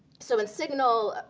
so in signal,